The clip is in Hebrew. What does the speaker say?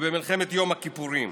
ובמלחמת יום הכיפורים.